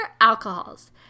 alcohols